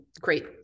great